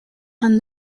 and